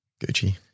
Gucci